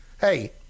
hey